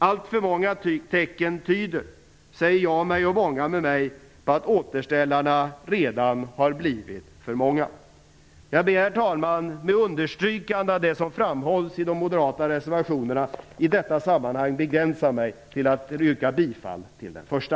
Alltför många tecken tyder på, säger jag mig och många med mig, att återställlarna redan har blivit för många. Jag ber, herr talman, med understrykande av det som framhålls i de moderata reservationerna i detta sammanhang, att få begränsa mig till att yrka bifall till den första.